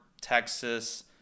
Texas